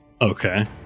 Okay